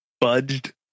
budged